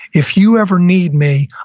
if you ever need me,